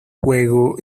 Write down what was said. juego